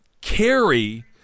carry